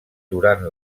durant